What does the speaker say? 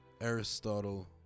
Aristotle